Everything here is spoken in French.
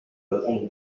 d’attendre